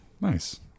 Nice